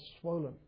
swollen